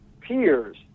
peers